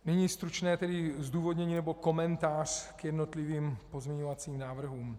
Nyní stručné zdůvodnění nebo komentář k jednotlivým pozměňovacím návrhům.